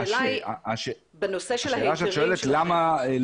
השאלה היא בנושא ההיתרים שלכם.